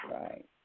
right